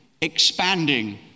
expanding